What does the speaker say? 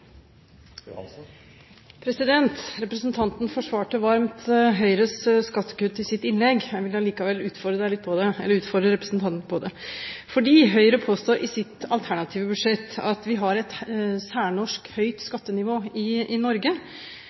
Representanten forsvarte varmt Høyres skattekutt i sitt innlegg. Jeg vil allikevel utfordre representanten på det, for Høyre påstår i sitt alternative budsjett at vi har et særnorsk, høyt skattenivå i Norge. Det er feil. Det er moderat og ligger omtrent midt på treet i